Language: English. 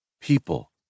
people